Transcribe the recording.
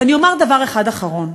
ואני אומר דבר אחד אחרון.